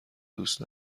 دوست